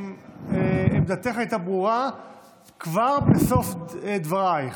עמדתך הייתה ברורה כבר בסוף דברייך.